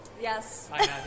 Yes